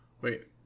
Wait